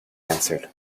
answered